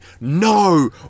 No